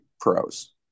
pros